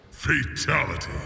Fatality